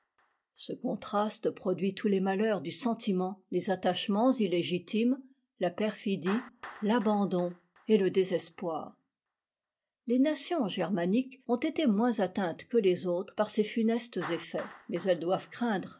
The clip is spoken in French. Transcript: ce contraste produit tous les malheurs du sentiment les attachements illégitimes laperfidie l'abandon etle désespoir les nations germaniques ont été moins atteintes que les autres par ces funestes effets mais elles doivent craindre